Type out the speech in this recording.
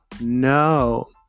no